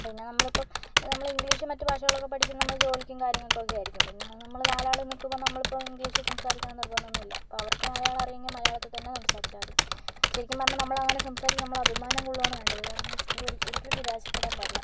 പിന്നെ നമ്മളിപ്പം നമ്മളിൻഗ്ലീഷും മറ്റു ഭാഷകളൊക്കെ പഠിക്കും നമ്മൾ ജോലിക്കും കാര്യങ്ങൾക്കൊക്കെയും ആയിരിക്കും പിന്നെ നമ്മൾ നാലാൾ നിൽക്കുമ്പോൾ നമ്മളിപ്പം ഇംഗ്ലീഷിൽ സംസാരിക്കണം എന്ന് നിർബന്ധമൊന്നുമില്ല അപ്പോൾ അവർക്ക് മലയാളം അറിയുമെങ്കിൽ മലയാളത്തിൽത്തന്നെ സംസാരിച്ചാൽ മതി ശരിക്കും പറഞ്ഞാൽ നമ്മളങ്ങനെ സംസാരിക്കാൻ നമ്മൾ അഭിമാനം കൊള്ളുകയാണ് വേണ്ടത് കാരണമെന്തെന്ന് വെച്ചിട്ടുണ്ടെങ്കിൽ ഒരിക്കലും നിരാശപ്പെടാൻ പാടില്ല